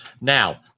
Now